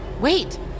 Wait